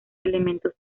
elementos